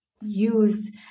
use